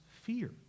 fear